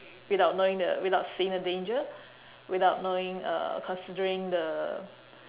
without knowing the without seeing the danger without knowing uh considering the